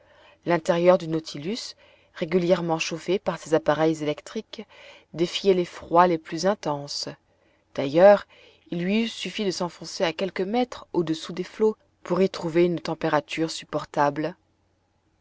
l'intérieur du nautilus régulièrement chauffé par ses appareils électriques défiait les froids les plus intenses d'ailleurs il lui eût suffi de s'enfoncer à quelques mètres au-dessous des flots pour y trouver une température supportable